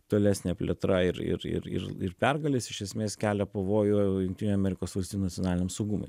tolesnė plėtra ir ir ir ir ir pergalės iš esmės kelia pavojų jungtinių amerikos valstijų nacionaliniam saugumui